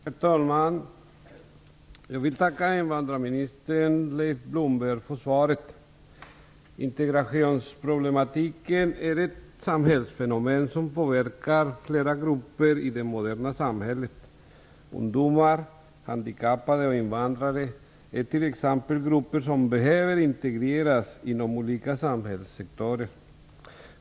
Herr talman! Jag vill tacka invandrarminister Leif Integrationsproblematiken är ett samhällsfenomen som påverkar flera grupper i det moderna samhället. Ungdomar, handikappade och invandrare t.ex. är grupper som behöver integreras inom olika samhällssektorer.